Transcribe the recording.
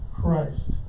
Christ